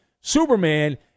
Superman